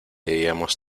debíamos